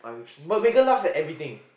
but Megan laugh at everything